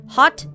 Hot